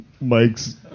Mike's